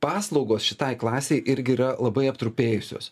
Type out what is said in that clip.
paslaugos šitai klasei irgi yra labai aptrupėjusios